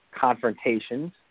confrontations